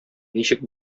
ничек